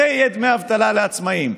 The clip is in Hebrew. אלה יהיו דמי האבטלה לעצמאים,